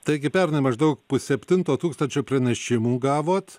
taigi pernai maždaug pusseptinto tūkstančio pranešimų gavot